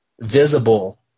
visible